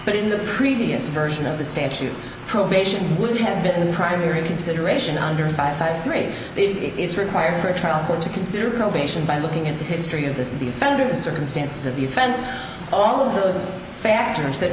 but in the previous version of the statute probation would have been the primary consideration under five five three it's required for a trial court to consider probation by looking at the history of the the offender the circumstances of the offense all of those factors tha